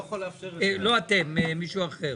לא אתם, מישהו אחר.